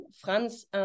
Franz